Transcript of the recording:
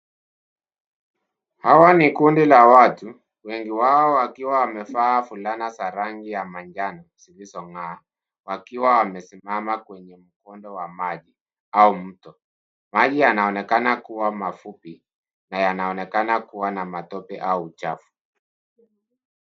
Hawa ni kundi la watu, wengi wao wakiwa wamevaa fulana za rangi ya manjano zilizong'aa , wakiwa wamesimama kwenye mkondo wa maji au mto. Maji yanaonekana kua mafupi na yanaonekana kua na matope au uchafu.